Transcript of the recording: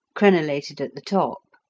crenellated at the top.